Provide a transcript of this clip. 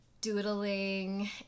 doodling